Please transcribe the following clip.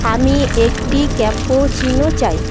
আমি একটি ক্যাপোচিনো চাই